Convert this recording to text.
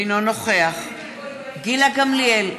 אינו נוכח גילה גמליאל,